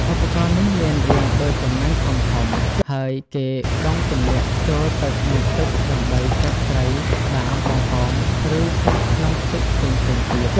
ឧបករណ៍នេះមានរាងដូចសំណាញ់ធំៗ ហើយគេបង់ទម្លាក់ចូលទៅក្នុងទឹកដើម្បីចាប់ត្រី ក្តាម បង្កង ឬសត្វក្នុងទឹកផ្សេងៗទៀត។